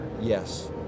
yes